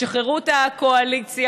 תשחררו את הקואליציה.